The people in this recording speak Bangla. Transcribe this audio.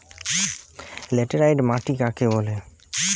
লেটেরাইট মাটি কাকে বলে?